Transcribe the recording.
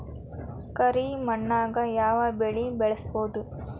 ಕರಿ ಮಣ್ಣಾಗ್ ಯಾವ್ ಬೆಳಿ ಬೆಳ್ಸಬೋದು?